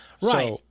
Right